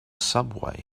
subway